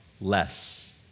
less